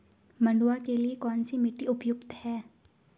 मंडुवा के लिए कौन सी मिट्टी उपयुक्त है?